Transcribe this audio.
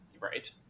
Right